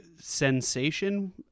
sensation